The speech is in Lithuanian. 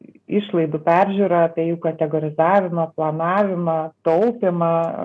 išlaidų peržiūrą apie jų kategorizavimą planavimą taupymą